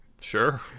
sure